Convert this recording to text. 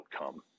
outcome